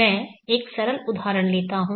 मैं एक सरल उदाहरण लेता हूं